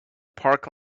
park